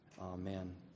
Amen